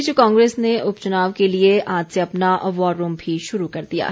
इस बीच कांग्रेस ने उपचुनाव के लिए आज से अपना वॉर रूम भी शुरू कर दिया है